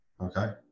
Okay